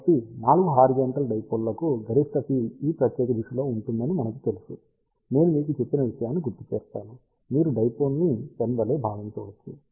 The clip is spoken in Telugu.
కాబట్టి 4 హారిజాంటల్ డైపోల్ లకు గరిష్ట ఫీల్డ్ ఈ ప్రత్యేక దిశలో ఉంటుందని మనకు తెలుసు నేను మీకు చెప్పిన విషయాన్ని గుర్తుచేస్తాను మీరు డైపోల్ ని పెన్ వలె భావించవచ్చు